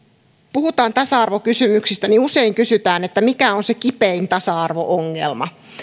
puhutaan tasa arvokysymyksistä niin usein kysytään mikä on se kipein tasa arvo ongelma